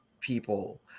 people